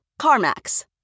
CarMax